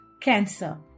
cancer